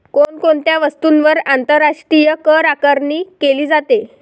कोण कोणत्या वस्तूंवर आंतरराष्ट्रीय करआकारणी केली जाते?